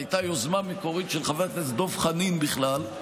שהייתה יוזמה מקורית של חבר הכנסת דב חנין בכלל,